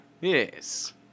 Yes